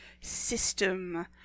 system